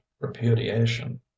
repudiation